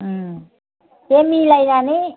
दे मिलायनानै